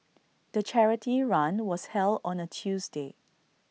the charity run was held on A Tuesday